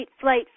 flight